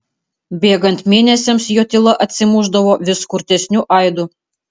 bėgant mėnesiams jo tyla atsimušdavo vis kurtesniu aidu